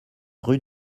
rue